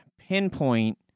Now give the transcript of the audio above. pinpoint